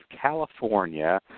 California